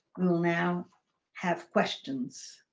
will now have questions.